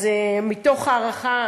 אז מתוך הערכה,